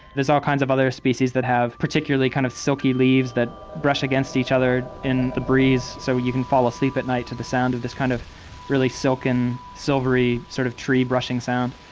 there's all kinds of other species that have particularly kind of silky leaves that brush against each other in the breeze so you can fall asleep at night to the sound of this kind of really silken, silvery sort of tree-brushing sound.